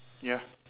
ya